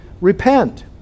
repent